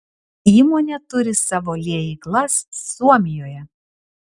įmonė turi savo liejyklas suomijoje